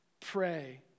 pray